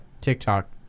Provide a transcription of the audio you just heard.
tiktok